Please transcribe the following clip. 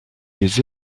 des